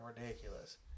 ridiculous